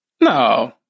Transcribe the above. no